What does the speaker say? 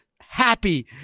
happy